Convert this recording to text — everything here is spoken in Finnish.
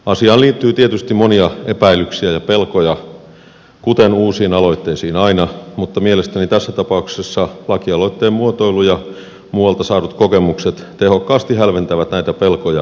asiaan liittyy tietysti monia epäilyksiä ja pelkoja kuten uusiin aloitteisiin aina mutta mielestäni tässä tapauksessa lakialoitteen muotoilu ja muualta saadut kokemukset tehokkaasti hälventävät näitä pelkoja ja epäilyksiä